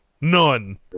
None